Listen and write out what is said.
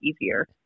easier